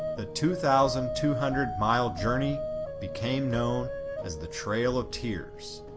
the two thousand two hundred mile journey became known as the trail of tears.